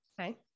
Okay